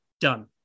done